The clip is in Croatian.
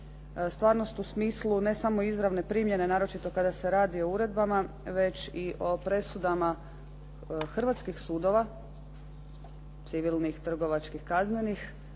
Stvarnost u smislu ne samo izravne primjene naročito kada se radi o uredbama već i o presudama hrvatskih sudova, civilnih, trgovačkih, kaznenih